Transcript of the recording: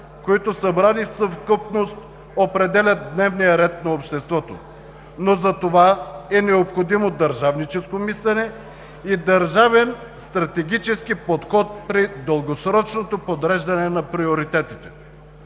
които, събрани в съвкупност, определят дневния ред на обществото, но затова е необходимо държавническо мислене и държавен стратегически подход при дългосрочното подреждане на приоритетите.